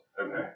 Okay